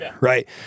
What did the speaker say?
Right